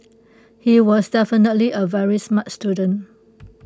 he was definitely A very smart student